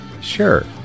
Sure